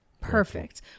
Perfect